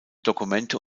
dokumente